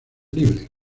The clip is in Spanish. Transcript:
libre